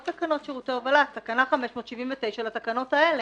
תקנה 579 לתקנות האלה.